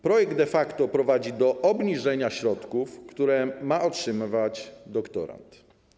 Projekt de facto prowadzi do obniżenia środków, które ma otrzymywać doktorant.